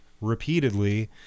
repeatedly